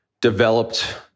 developed